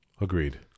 Agreed